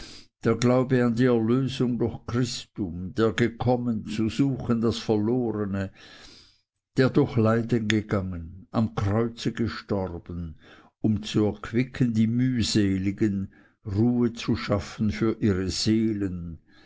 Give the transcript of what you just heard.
der glaube an die erlösung durch christum der gekommen zu suchen das verlorne der durch leiden gegangen am kreuze gestorben um zu erquicken die mühseligen ruhe zu schaffen für ihre seelen